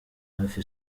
hafi